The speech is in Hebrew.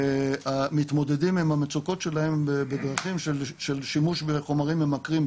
מתמודדים עם המצוקות שלהם בדרכים של שימוש בחומרים ממכרים,